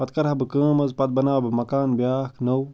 پَتہٕ کَرٕہا بہٕ کٲم حظ پَتہٕ بَناوہا بہٕ مَکان بیٛاکھ نوٚو